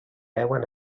veuen